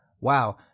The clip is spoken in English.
wow